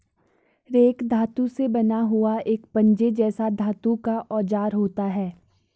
rake धातु से बना हुआ एक पंजे जैसा धातु का औजार होता है